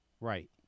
Right